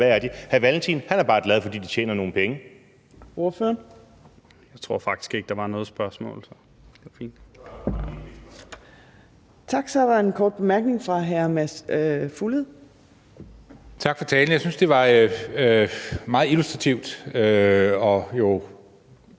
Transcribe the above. Carl Valentin er bare glad, fordi de tjener nogle penge.